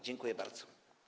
Dziękuję bardzo.